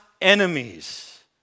enemies